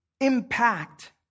impact